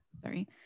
Sorry